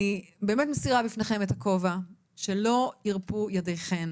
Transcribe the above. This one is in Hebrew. אני באמת מסירה בפניכן את הכובע ואני מאחלת לכן שלא יירפו ידיכן,